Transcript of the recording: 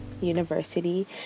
university